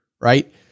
Right